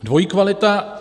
Dvojí kvalita.